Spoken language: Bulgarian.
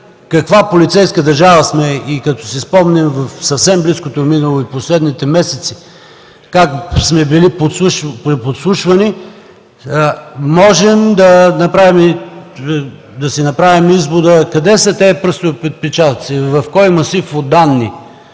каква полицейска държава сме и като си спомня в съвсем близкото минало, в последните месеци как сме били подслушвани, можем да си направим извода къде са тези пръстови отпечатъци, в кой масив от данни,